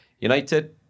United